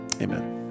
Amen